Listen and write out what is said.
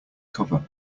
cover